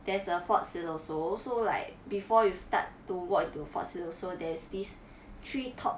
there's a fort siloso so like before you start to walk to fort siloso there's this treetop